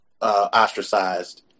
Ostracized